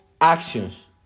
actions